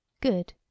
good